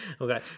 okay